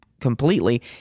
completely